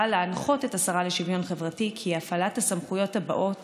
להנחות את השרה לשוויון חברתי כי הפעלת הסמכויות הבאות